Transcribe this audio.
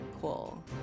Cool